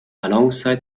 alongside